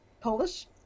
Polish